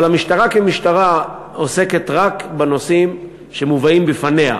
אבל המשטרה עוסקת רק בנושאים שמובאים בפניה.